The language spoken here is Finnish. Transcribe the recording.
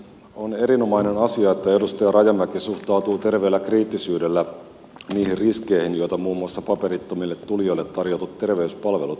on erinomainen asia että edustaja rajamäki suhtautuu terveellä kriittisyydellä niihin riskeihin joita muun muassa paperittomille tulijoille tarjotut terveyspalvelut aiheuttavat